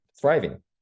thriving